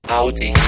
Howdy